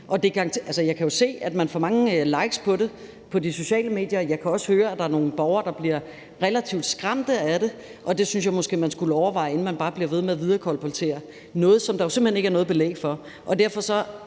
Jeg kan jo se, at man får mange likes på det på de sociale medier, og jeg kan også høre, at der er nogle borgere, der bliver relativt skræmte af det. Det synes jeg måske man skulle overveje, inden man bare bliver ved med at viderekolportere noget, som der jo simpelt hen ikke er noget belæg for. Og derfor savner